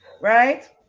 right